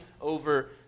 over